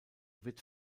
wird